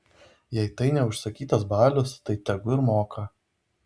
jei tai ne užsakytas balius tai tegu ir moka